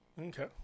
okay